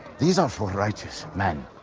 these are for righteous men!